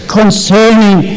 concerning